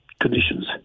conditions